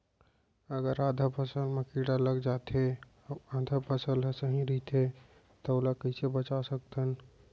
अगर आधा फसल म कीड़ा लग जाथे अऊ आधा फसल ह सही रइथे त ओला कइसे बचा सकथन?